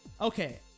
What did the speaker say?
Okay